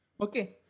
Okay